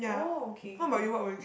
oh okay okay